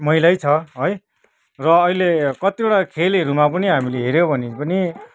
महिलै छ है र अहिले कतिवटा खेलहरूमा पनि हामीले हेऱ्यौँ भने पनि